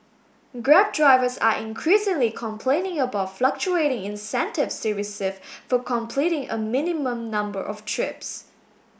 grab drivers are increasingly complaining about fluctuating incentives they receive for completing a minimum number of trips